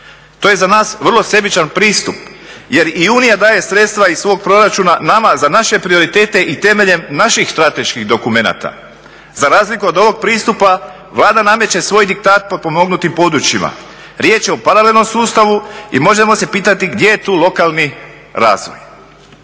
To je za nas vrlo sebična pristup jer i unija daje sredstva iz svog proračuna nama za naše prioritete i temeljem naših strateških dokumenta. Za razliku od ovog pristupa Vlada nameće svoj diktat potpomognutim područjima. Riječ je o paralelnom sustavu i možemo se pitati gdje je tu lokalni razvoj.